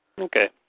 Okay